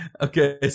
Okay